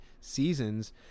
seasons